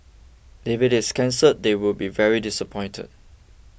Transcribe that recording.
if it is cancelled they would be very disappointed